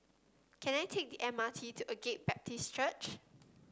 can I take the M R T to Agape Baptist Church